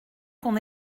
qu’on